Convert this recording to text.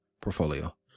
portfolio